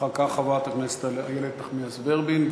אחר כך חברת הכנסת איילת נחמיאס ורבין,